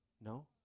No